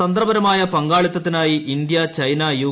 തന്ത്രപരമായ പങ്കാളിത്തത്തിനായി India China U